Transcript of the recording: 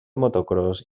motocròs